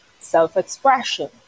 Self-expression